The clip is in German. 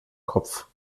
kopf